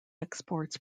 exports